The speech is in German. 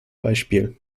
beispiel